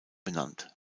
benannt